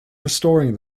restoring